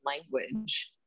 language